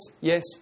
yes